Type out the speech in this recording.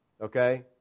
okay